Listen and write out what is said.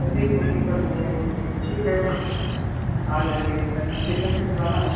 चलिए कोई दिक़्क़त नहीं है तो फिर ठीक है तो आ जाएँगे बीस तारीख़ को कितने बजे तक आना है